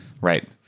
Right